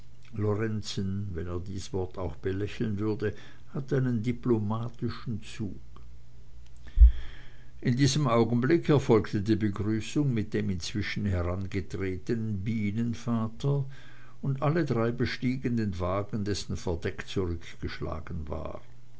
lorenzen wenn er dies wort auch belächeln würde hat einen diplomatischen zug in diesem augenblick erfolgte die begrüßung mit dem inzwischen herangetretenen bienenvater und alle drei bestiegen den wagen dessen verdeck zurückgeschlagen war